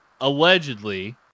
allegedly